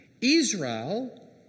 Israel